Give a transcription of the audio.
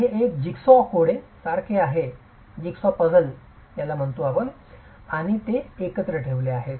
तर हे एक जिगसॉ कोडे सारखे आहे आणि ते एकत्र ठेवले आहे